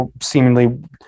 seemingly